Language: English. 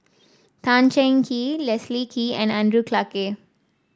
Tan Cheng Kee Leslie Kee and Andrew Clarke